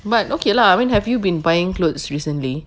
but okay lah I mean have you been buying clothes recently